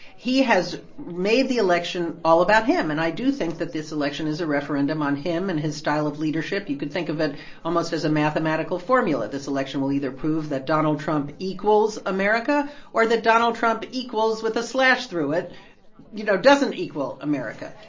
he has made the election all about him. and i do think that this election is a referendum on him and his style of leadership. you could think of it almost as a mathematical formula. this election will either prove that donald trump equals america or that donald trump equals with a slash through it you know, doesn't equal america.